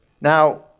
Now